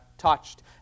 touched